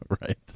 Right